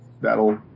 that'll